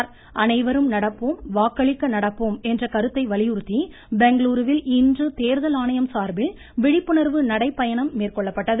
அனைவரும் நடப்போம் வாக்களிக்க நடப்போம் என்ற கருத்தை வலியுறுத்தி பெங்களுருவில் இன்று தேர்தல் ஆணையம் சார்பில் விழிப்புணர்வு நடை பயணம் மேற்கொள்ளப்பட்டது